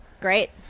Great